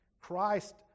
Christ